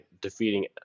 defeating